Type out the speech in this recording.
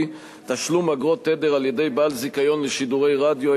(תשלום אגרות תדר על-ידי בעל זיכיון לשידורי רדיו),